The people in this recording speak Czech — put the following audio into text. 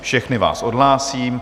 Všechny vás odhlásím.